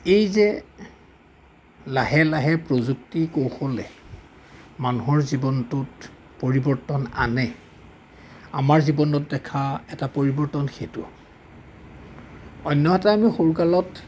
এই যে লাহে লাহে প্ৰযুক্তি কৌশলে মানুহৰ জীৱনটোত পৰিৱৰ্তন আনে আমাৰ জীৱনত দেখা এটা পৰিৱৰ্তন সেইটো অন্য সৰুকালত